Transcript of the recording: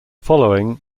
following